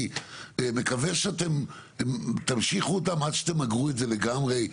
מקווה שאתם תמשיכו אותם עד שתמגרו את זה לגמרי.